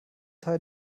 teil